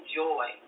joy